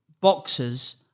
boxers